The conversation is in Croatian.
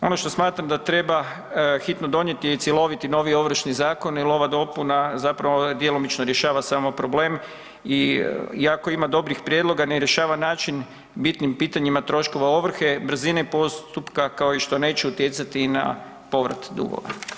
Ono što smatram da treba hitno donijeti je cjeloviti novi Ovršni zakon jer ova dopuna zapravo djelomično rješava sami problem i iako ima dobrih prijedloga, ne rješava način u bitnim pitanjima troškovima ovrhe, brzine postupka kao što neće utjecati i na povrat dugova.